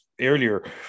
earlier